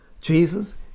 Jesus